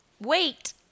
Wait